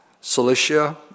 Cilicia